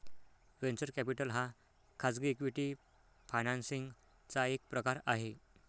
venture capital हा खाजगी equity financing चा एक प्रकार आहे